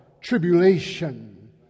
tribulation